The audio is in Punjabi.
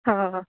ਹਾਂ